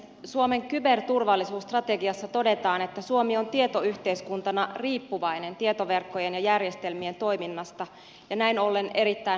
suomen kyberturvallisuusstrategiassa todetaan että suomi on tietoyhteiskuntana riippuvainen tietoverkkojen ja järjestelmien toiminnasta ja näin ollen erittäin haavoittuvainen